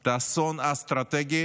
את האסון האסטרטגי